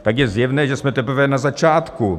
Tak je zjevné, že jsme teprve na začátku.